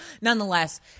Nonetheless